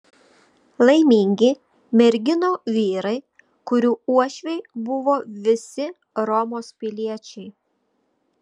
laimingi merginų vyrai kurių uošviai buvo visi romos piliečiai